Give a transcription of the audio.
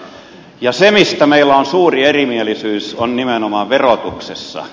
se mistä meillä on suuri erimielisyys on nimenomaan verotuksessa